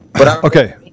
okay